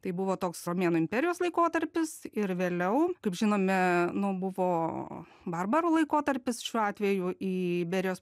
tai buvo toks romėnų imperijos laikotarpis ir vėliau kaip žinome nu buvo barbarų laikotarpis šiuo atveju į iberijos